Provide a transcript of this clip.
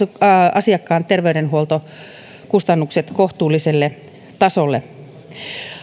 asiakkaan terveydenhuoltokustannukset kohtuulliselle tasolle